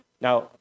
now